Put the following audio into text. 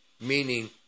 meaning